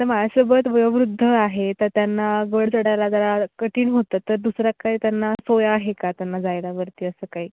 तर माझ्यासोबत वयोवृद्ध आहे तर त्यांना गड चढायला जरा कठीण होतं तर दुसरा काही त्यांना सोय आहे का त्यांना जायला वरती असं काही